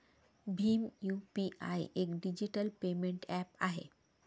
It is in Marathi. भीम यू.पी.आय एक डिजिटल पेमेंट ऍप आहे